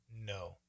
No